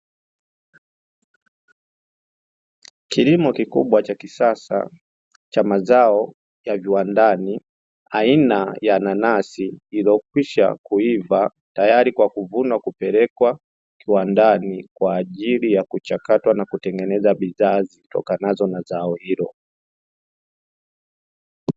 Kilimo kikubwa cha kisasa cha mazao ya viwandani aina ya nanasi lililokwisha kuiva, tayari kwa kuvunwa kupeleka kiwandani kwaajili ya kuchakatwa na kutengeneza bidhaa zitokanazo na zao hilo.